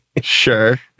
Sure